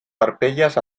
parpelles